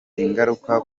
ingaruka